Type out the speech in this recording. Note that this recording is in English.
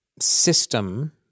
system